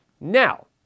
Now